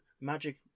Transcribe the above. magic